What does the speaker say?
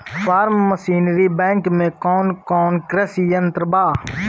Form machinery bank में कौन कौन कृषि यंत्र बा?